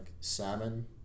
salmon